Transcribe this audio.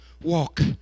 walk